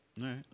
right